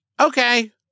Okay